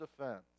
defense